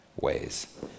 ways